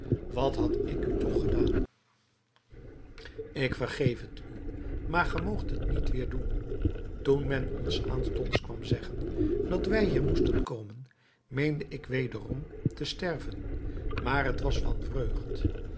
wat had ik u toch gedaan ik vergeef het u maar ge moogt het niet weer doen toen men ons aanstonds kwam zeggen dat wij hier moesten komen meende ik wederom te sterven maar het was van vreugd